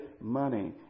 money